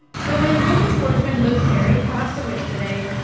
so my ninety s boyfriend, luke perry, passed away today.